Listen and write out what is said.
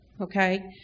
okay